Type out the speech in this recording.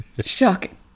shocking